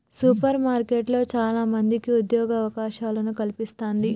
super మార్కెట్లు చాల మందికి ఉద్యోగ అవకాశాలను కల్పిస్తంది